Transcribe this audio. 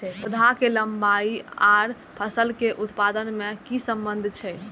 पौधा के लंबाई आर फसल के उत्पादन में कि सम्बन्ध छे?